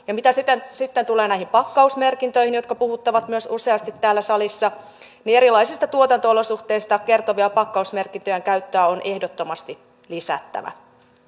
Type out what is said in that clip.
ja mitä sitten sitten tulee näihin pakkausmerkintöihin jotka puhuttavat myös useasti täällä salissa niin erilaisista tuotanto olosuhteista kertovien pakkausmerkintöjen käyttöä on ehdottomasti lisättävä